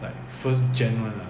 like first gen [one] lah